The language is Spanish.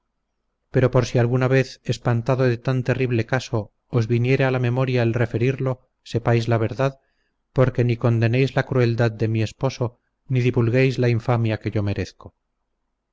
pero por si alguna vez espantado de tan horrible caso os viniere a la memoria el referirlo sepáis la verdad porque ni condenéis la crueldad de mi esposo ni divulguéis la infamia que yo merezco